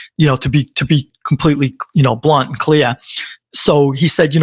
you know to be to be completely you know blunt and clear so he said, you know